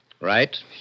Right